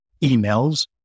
emails